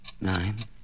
Nine